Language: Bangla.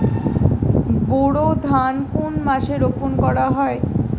বোরো ধান কোন মাসে রোপণ করা হয়?